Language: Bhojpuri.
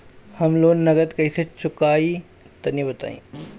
हम लोन नगद कइसे चूकाई तनि बताईं?